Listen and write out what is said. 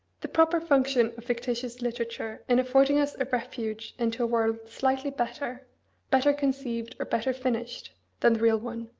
the proper function of fictitious literature in affording us a refuge into a world slightly better better conceived, or better finished than the real one,